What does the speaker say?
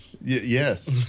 Yes